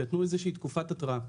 כאשר נתנו איזושהי תקופת התראה.